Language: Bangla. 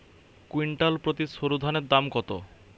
কুইন্টাল প্রতি সরুধানের দাম কত?